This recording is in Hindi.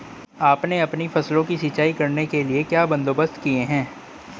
आपने अपनी फसलों की सिंचाई करने के लिए क्या बंदोबस्त किए है